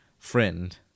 Friend